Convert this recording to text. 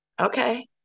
Okay